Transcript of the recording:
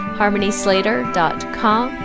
harmonyslater.com